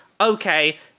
Okay